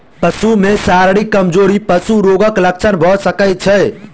पशु में शारीरिक कमजोरी पशु रोगक लक्षण भ सकै छै